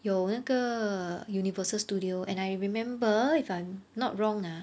有那个 universal studios and I remember if I'm not wrong ah